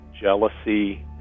jealousy